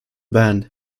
band